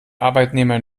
arbeitnehmer